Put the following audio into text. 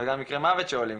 וגם מקרי מוות שעולים.